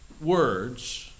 words